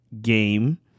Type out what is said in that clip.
game